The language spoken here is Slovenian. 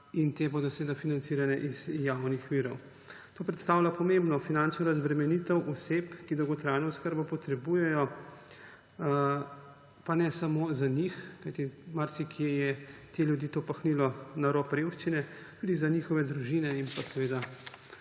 in te bodo seveda financirane iz javnih virov. To predstavlja pomembno finančno razbremenitev oseb, ki dolgotrajno oskrbo potrebujejo, pa ne samo za njih, kajti marsikje je te ljudi to pahnilo na rob revščine; tudi za njihove družine in seveda